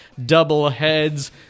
Doubleheads